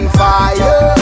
fire